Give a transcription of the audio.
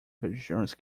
vegetarians